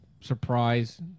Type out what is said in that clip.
surprise